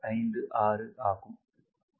956